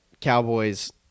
Cowboys